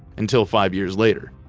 until five years later.